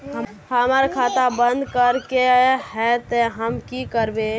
हमर खाता बंद करे के है ते हम की करबे?